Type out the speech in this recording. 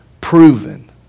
proven